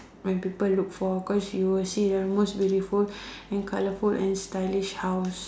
when people look for cause you will see the most beautiful and colourful and stylish house